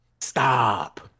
stop